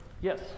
Yes